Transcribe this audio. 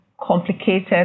complicated